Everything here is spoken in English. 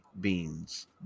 beans